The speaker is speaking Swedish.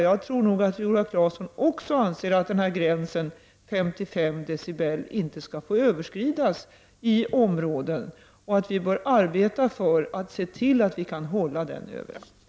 Jag tror att Viola Claesson också anser att gränsen 55 decibel inte skall få överskridas i områdena och att vi bör arbeta för att se till att vi kan hålla den övre gränsen.